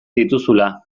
dituzula